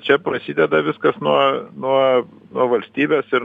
čia prasideda viskas nuo nuo nuo valstybės ir